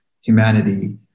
humanity